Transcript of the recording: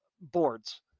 boards